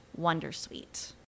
Wondersuite